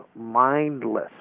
mindless